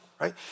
right